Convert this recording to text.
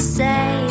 say